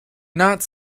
not